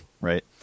Right